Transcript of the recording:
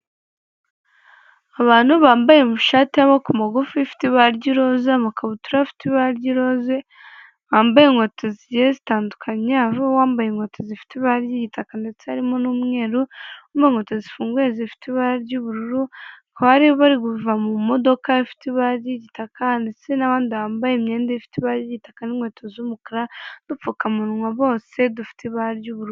Abantu bambaye amashati y'amaboko mugufi ifite ibara ry'iroza amakabutura afite ibara ry'irose, wambaye inkweto zitandukanye aho wambaye inkweto zifite ibara ry'igitaka ndetse harimo n'umweru, bambaye inkweto zifunguye zifite ibara ry'ubururu bari barikuva mu modoka ifite ibara ry'igitaka ndetse n'abandi bambaye imyenda ifite ibara ry'gitaka n'inkweto z'umukara udupfukamunwa bose dufite ibara ry'ubururu.